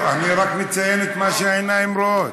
אני רק מציין את מה שהעיניים רואות.